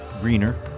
greener